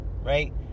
right